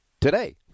today